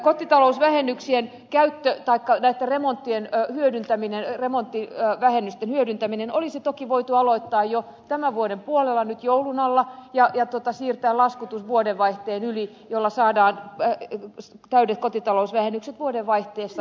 kotitalousvähennyksien käyttö taikka näitten remonttivähennysten hyödyntäminen olisi toki voitu aloittaa jo tämän vuoden puolella nyt joulun alla ja siirtää laskutus vuodenvaihteen yli jolloin saadaan täydet kotitalousvähennykset vuodenvaihteessa